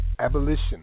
Abolition